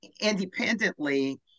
independently